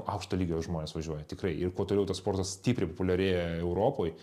aukšto lygio žmonės važiuoja tikrai ir kuo toliau tuo sportas stipriai populiarėja europoj